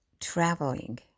traveling